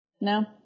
No